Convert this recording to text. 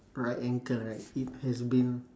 right ankle right it has been